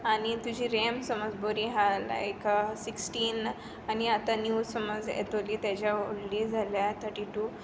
आनी तुजी रॅम समज बरी आसा जाल्यार एक सिक्सटीन आनी आतां न्यू समज येतली ताज्या व्हडली जाल्यार थर्टी टू